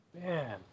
Man